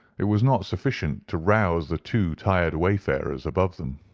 it was not sufficient to rouse the two tired wayfarers above them.